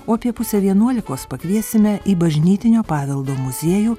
o apie pusę vienuolikos pakviesime į bažnytinio paveldo muziejų